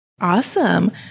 Awesome